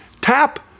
tap